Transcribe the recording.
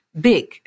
big